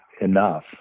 enough